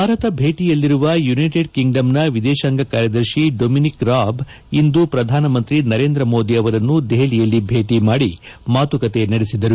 ಭಾರತ ಭೇಟಿಯಲ್ಲಿರುವ ಯುನೈಟೆಡ್ ಕಿಂಗ್ಡಮ್ನ ವಿದೇಶಾಂಗ ಕಾರ್ಯದರ್ಶಿ ಡೊಮಿನಿಕ್ ರಾಬ್ ಇಂದು ಪ್ರಧಾನಮಂತ್ರಿ ನರೇಂದ್ರ ಮೋದಿ ಅವರನ್ನು ದೆಹಲಿಯಲ್ಲಿ ಭೇಟಿ ಮಾಡಿ ಮಾತುಕತೆ ನಡೆಸಿದರು